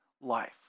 life